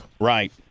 Right